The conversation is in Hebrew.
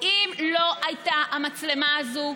אם לא הייתה המצלמה הזאת,